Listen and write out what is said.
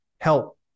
help